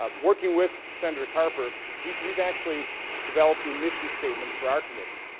ah working with senator carper, we've we've actually developed a mission statement for our committee.